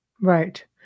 Right